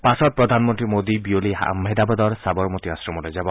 পাছত প্ৰধানমন্নী মোডী বিয়লি আহমেদাবাদৰ সাৱৰমতী আশ্ৰমলৈ যাব